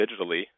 digitally